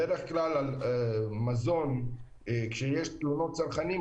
בדרך כלל מזון כשיש תלונות מצרכנים,